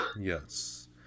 Yes